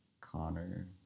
Connor